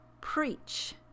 preach